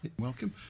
welcome